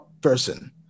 person